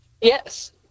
Yes